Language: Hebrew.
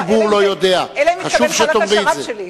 זה הציבור לא יודע, חשוב שתאמרי את זה.